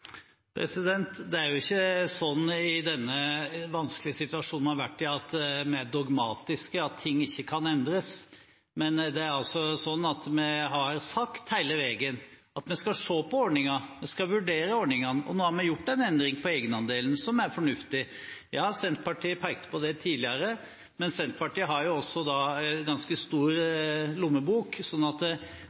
Det er ikke sånn i den vanskelige situasjonen vi har vært i, at vi dogmatisk sier at ting ikke kan endres. Vi har sagt hele veien at vi skal se på ordningene, vi skal vurdere ordningene. Nå har vi gjort en endring for egenandelen, som er fornuftig. Ja, Senterpartiet pekte på det tidligere, men Senterpartiet har også en ganske stor lommebok. Vi må vurdere tiltakene hele tiden, fortløpende, om de er riktige og om de treffer. Jeg mener at